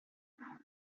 that